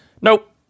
Nope